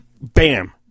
Bam